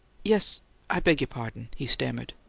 yes i beg your pardon! he stammered.